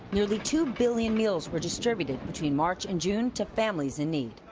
nearly two billion meals were distributed between march and june to families in need.